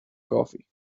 coffee